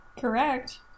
Correct